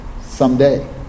someday